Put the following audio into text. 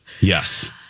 Yes